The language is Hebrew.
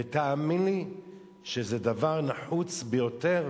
ותאמין לי שזה דבר נחוץ ביותר,